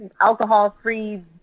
alcohol-free